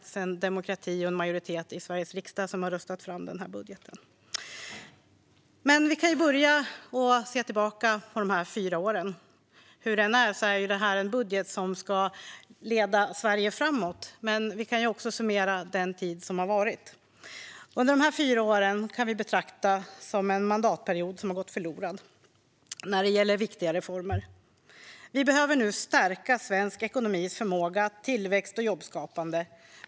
I stället har en majoritet i Sveriges riksdag demokratiskt röstat fram vår budget. Låt oss börja med att se tillbaka på de senaste fyra åren. Den här budgeten ska visserligen leda Sverige framåt, men vi kan även summera den tid som varit. De senaste fyra åren kan betraktas som en förlorad mandatperiod när det gäller viktiga reformer. Vi behöver nu stärka svensk ekonomis förmåga till tillväxt och jobbskapande.